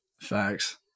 Facts